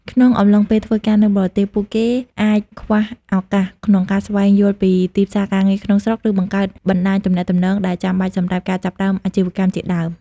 ក្នុងអំឡុងពេលធ្វើការនៅបរទេសពួកគេអាចខ្វះឱកាសក្នុងការស្វែងយល់ពីទីផ្សារការងារក្នុងស្រុកឬបង្កើតបណ្តាញទំនាក់ទំនងដែលចាំបាច់សម្រាប់ការចាប់ផ្តើមអាជីវកម្មជាដើម។